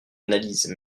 analyse